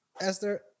Esther